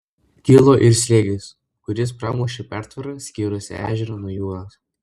kilo ir slėgis kuris pramušė pertvarą skyrusią ežerą nuo jūros